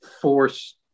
force